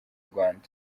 rwanda